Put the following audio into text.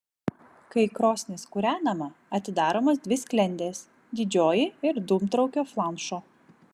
kai krosnis kūrenama atidaromos dvi sklendės didžioji ir dūmtraukio flanšo